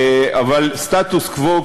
אבל סטטוס-קוו,